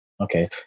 Okay